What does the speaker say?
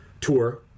tour